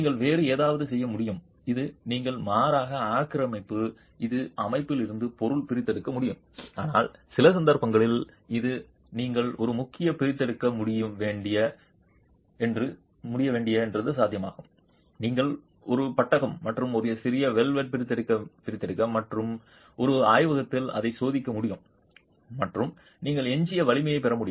நீங்கள் வேறு ஏதாவது செய்ய முடியும் இது நீங்கள் மாறாக ஆக்கிரமிப்பு இது அமைப்பு இருந்து பொருள் பிரித்தெடுக்க முடியும் ஆனால் சில சந்தர்ப்பங்களில் இது நீங்கள் ஒரு முக்கிய பிரித்தெடுக்க முடியும் வேலை என்று சாத்தியம் நீங்கள் ஒரு பட்டகம் மற்றும் ஒரு சிறிய வல்லெட் பிரித்தெடுக்க மற்றும் ஒரு ஆய்வகத்தில் அதை சோதிக்க முடியும் மற்றும் நீங்கள் எஞ்சிய வலிமை பெற முடியும்